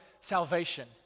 salvation